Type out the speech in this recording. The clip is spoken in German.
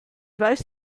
weiß